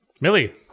Millie